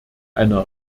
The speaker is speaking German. einer